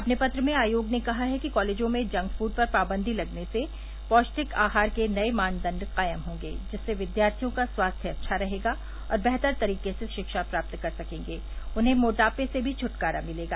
अपने पत्र में आयोग ने कहा है कि कॉलेजों में जंक फूड पर पाबंदी लगने से पौष्टिक आहार के नये मानदंड कायम होंगे जिससे विद्यार्थियों का स्वास्थ्य अव्छा रहेगा और बेहतर तरीके से शिक्षा प्राप्त कर सकेंगे और उन्हें मोटापे से भी घ्टकारा मिलेगा